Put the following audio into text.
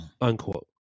unquote